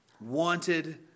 wanted